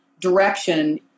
direction